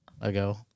ago